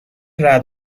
رعد